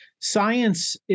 Science